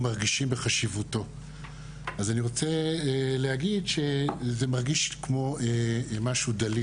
היא תהיה פה רבע שעה וגם תגיד כמה דברי